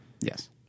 yes